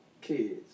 kids